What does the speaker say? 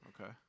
Okay